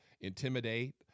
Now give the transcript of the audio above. intimidate